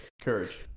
courage